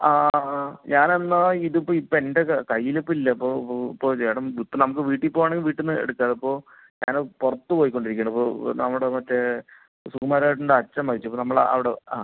ആ ആ ഞാൻ എന്നാൽ ഇതിപ്പോൾ ഇപ്പം എൻ്റെ കൈയിലിപ്പം ഇല്ല ഇപ്പോൾ ഇപ്പോൾ ഇപ്പോൾ ചേട്ടൻ ഇപ്പം നമുക്ക് വീട്ടിൽ പോകുവാണെങ്കിൽ വീട്ടിൽ നിന്ന് എടുത്തു തരാം ഇപ്പോൾ ഞാന് പുറത്തു പോയിക്കൊണ്ടിരിക്കുവാണ് ഇപ്പോൾ നമ്മടെ മറ്റേ സുകുമാരേട്ടൻ്റെ അച്ഛൻ മരിച്ചു അപ്പം നമ്മളവിടെ ആ